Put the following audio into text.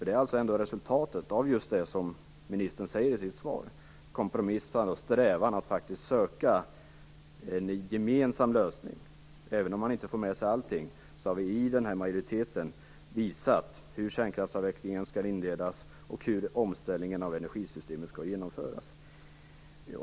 Det är ju ändå resultatet av just det som ministern säger i sitt svar, nämligen att man skall kompromissa och söka en gemensam lösning. Även om man inte får med allting, har vi i majoriteten angett hur kärnkraftsavvecklingen skall inledas och hur omställningen av energisystemet skall genomföras.